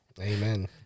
Amen